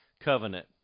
covenant